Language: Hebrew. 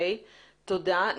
תודה.